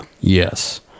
Yes